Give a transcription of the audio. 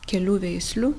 kelių veislių